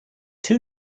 two